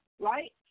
right